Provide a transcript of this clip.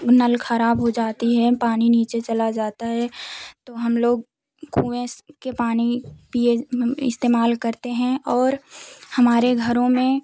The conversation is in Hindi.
नल खराब हो जाती है पानी नीचे चला जाता है तो हम लोग कुएँ से के पानी पीए इस्तेमाल करते हैं और हमारे घरों में